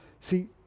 See